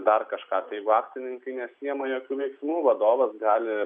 dar kažką tai jeigu akcininkai nesiima jokių veiksmų vadovas gali